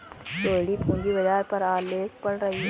रोहिणी पूंजी बाजार पर आलेख पढ़ रही है